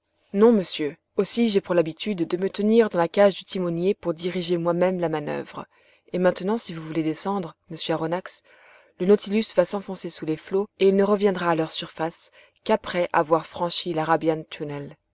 non monsieur aussi j'ai pour habitude de me tenir dans la cage du timonier pour diriger moi-même la manoeuvre et maintenant si vous voulez descendre monsieur aronnax le nautilus va s'enfoncer sous les flots et il ne reviendra à leur surface qu'après avoir franchi larabian tunnel